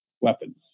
weapons